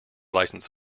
license